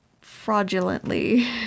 fraudulently